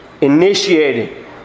Initiating